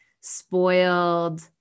spoiled